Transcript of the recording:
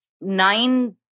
Nine